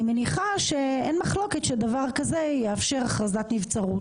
אני מניחה שאין מחלוקת שדבר כזה יאפשר הכרזת נבצרות.